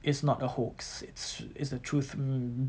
it's not a hoax it's it's the truth mm